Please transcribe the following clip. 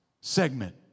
segment